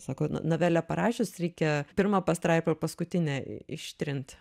sako novelę parašius reikia pirmą pastraipą ir paskutinę ištrint